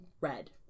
red